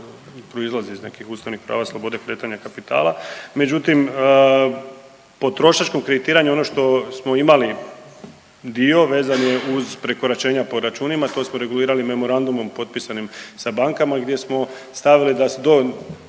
proizlazi iz nekih ustavnih prava, sloboda i kretanja kapitala. Međutim, potrošačkom kreditiranju ono što smo imali dio vezan je uz prekoračenja po računima. To smo regulirali memorandumom potpisanim sa bankama gdje smo stavili dok se to